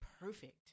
perfect